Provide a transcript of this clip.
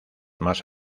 más